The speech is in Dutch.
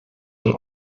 van